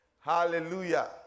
Hallelujah